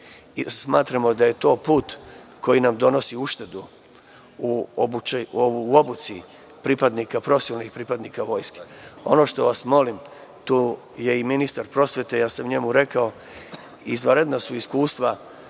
Smatramo da je to put koji nam donosi uštede u obuci profesionalnih pripadnika vojske. Ono što vas molim, tu je i ministar prosvete, ja sam njemu rekao, izvanredna su iskustva,